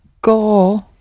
Go